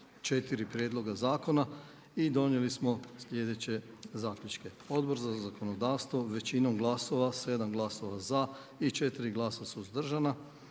četiri prijedloga zakona i donijeli smo sljedeće zaključke. Odbor za zakonodavstvo većinom glasova, 7 glasova za i 4 glasa suzdržana